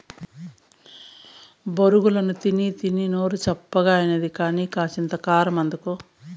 బొరుగులు తినీతినీ నోరు సప్పగాయినది కానీ, కాసింత కారమందుకో